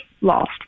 lost